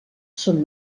són